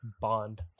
bond